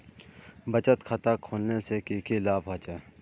बचत खाता खोलने से की की लाभ होचे?